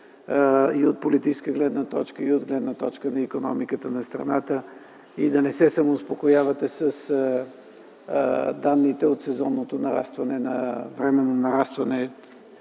и от политическа гледна точка, и от гледна точка на икономиката на страната и да не се самоуспокоявате с данните от сезонното, временно нарастване